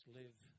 live